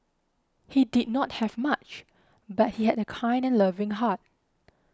he did not have much but he had a kind and loving heart